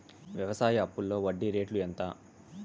వ్యవసాయ అప్పులో వడ్డీ రేట్లు ఎంత?